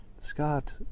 scott